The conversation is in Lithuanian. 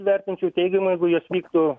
vertinčiau teigiamai jeigu jos vyktų